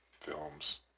films